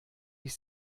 ich